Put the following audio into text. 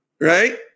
right